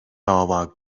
dava